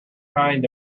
kind